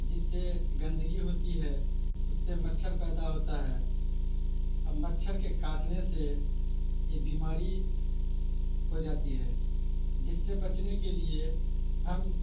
جس سے گندگی ہوتی ہے اس سے مچھر پیدا ہوتا ہے اب مچھر کے کاٹنے سے یہ بیماری ہو جاتی ہے جس سے بچنے کے لیے ہم